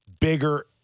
bigger